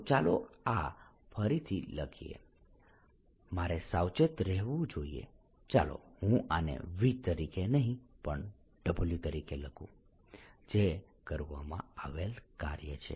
તો ચાલો આ ફરીથી લખીએ મારે સાવચેત રહેવું જોઈએ ચાલો હું આને V તરીકે નહીં પણ W તરીકે લખું જે કરવામાં આવેલ કાર્ય છે